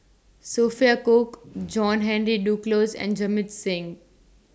Sophia Cooke John Henry Duclos and Jamit Singh